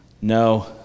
No